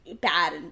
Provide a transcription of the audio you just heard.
bad